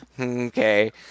Okay